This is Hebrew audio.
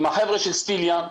עם החבר'ה של סטיליאן,